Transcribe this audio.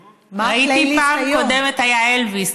ראיתי, בפעם הקודמת היה אלביס.